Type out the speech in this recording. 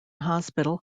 hospital